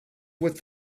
with